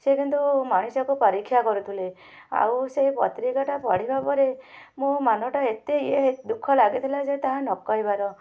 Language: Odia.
ସେ କିନ୍ତୁ ମଣିଷକୁ ପରୀକ୍ଷା କରୁଥିଲେ ଆଉ ସେ ପତ୍ରିକାଟା ପଢ଼ିବା ପରେ ମୋ ମନଟା ଏତେ ଇଏ ଦୁଃଖ ଲାଗିଥିଲା ଯେ ତାହା ନ କହିବାର